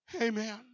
Amen